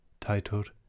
titled